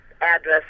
Address